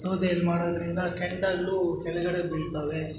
ಸೌದೆಯಲ್ಲಿ ಮಾಡೋದರಿಂದ ಕೆಂಡಗಳು ಕೆಳಗಡೆ ಬೀಳ್ತಾವೆ